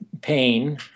pain